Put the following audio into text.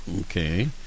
Okay